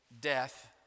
death